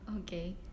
Okay